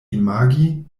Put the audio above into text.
imagi